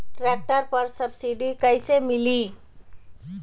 Tractor पर subsidy कैसे मिली?